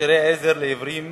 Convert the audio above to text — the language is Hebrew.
מכשירי עזר לעיוורים